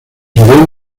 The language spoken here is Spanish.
harían